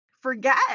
forget